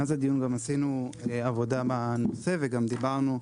מאז הדיון גם עשינו עבודה בנושא וגם דיברנו,